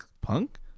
Punk